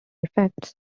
effects